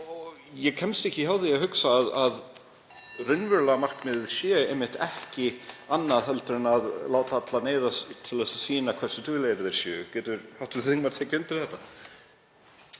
Ég kemst ekki hjá því að hugsa að raunverulega markmiðið sé einmitt ekki annað en að láta alla neyðast til að sýna hversu duglegir þeir séu. Getur hv. þingmaður tekið undir þetta?